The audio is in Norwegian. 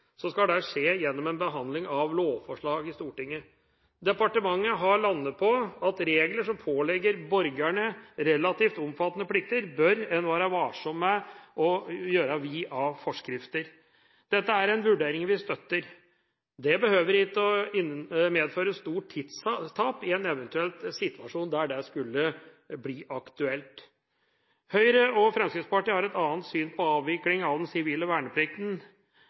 skal det skje gjennom behandling av lovforslag i Stortinget. Departementet har landet på at regler som pålegger borgerne relativt omfattende plikter, bør en være varsom med å innføre via forskrifter. Dette er en vurdering vi støtter. Det behøver ikke medføre stort tidstap i en eventuell situasjon der dette skulle bli aktuelt. Høyre og Fremskrittspartiet har et annet syn på avvikling av den sivile verneplikten